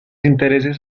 intereses